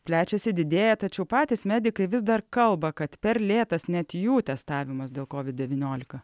plečiasi didėja tačiau patys medikai vis dar kalba kad per lėtas net jų testavimas dėl covid devyniolika